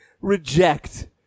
reject